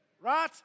right